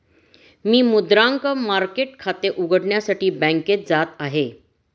मी मुद्रांक मार्केट खाते उघडण्यासाठी बँकेत जात आहे